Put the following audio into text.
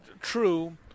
True